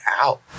out